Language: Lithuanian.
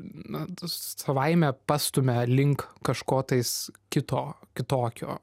na savaime pastumia link kažko tais kito kitokio